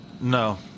No